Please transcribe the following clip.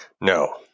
No